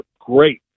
Great